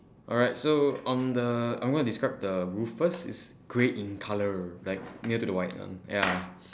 alright so on the I'm going to describe the roof first it's grey in colour like near to the white one ya